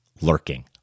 lurking